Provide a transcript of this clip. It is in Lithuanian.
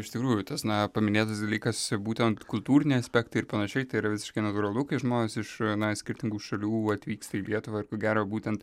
iš tikrųjų tas na paminėtas dalykas būtent kultūriniai aspektai ir panašiai tai yra visiškai natūralu kai žmonės iš na iš skirtingų šalių atvyksta į lietuvą ir ko gero būtent